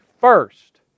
first